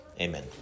Amen